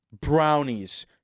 brownies